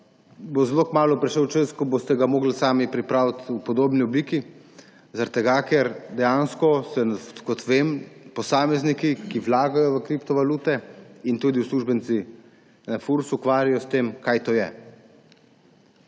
bo zelo kmalu prišel čas, ko ga boste morali sami pripraviti v podobni obliki, zaradi tega ker se dejansko, kot vem, posamezniki, ki vlagajo v kriptovalute, in tudi uslužbenci Fursa ukvarjajo s tem, kaj to je.